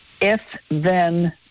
if-then